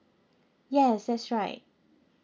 yes that's right